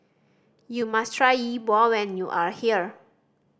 you must try Yi Bua when you are here